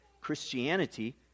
Christianity